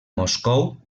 moscou